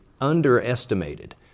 underestimated